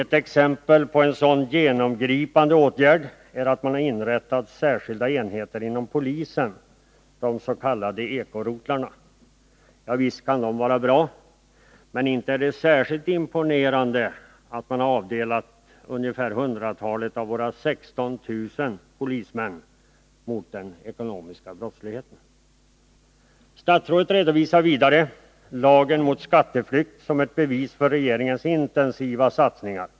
Ett exempel på en s.k. genomgripande åtgärd är att man inrättat särskilda enheter inom polisen, de s.k. eko-rotlarna. Visst kan de vara bra, men inte är det särskilt imponerande att man har avdelat hundratalet av våra 16000 polismän för arbetet mot den ekonomiska brottsligheten. Statsrådet hänvisar vidare till lagen mot skatteflykt som ett bevis för att regeringen gjort vad han kallar intensiva satsningar.